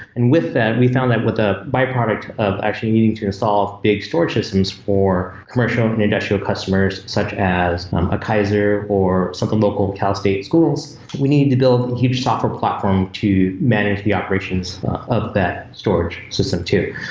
and with that we found out with the byproduct of actually needing to solve big storage systems for commercial and industrial customers such as a keizer or something local, calstate schools, we need to build a huge software platform to manage the operations of that storage system too.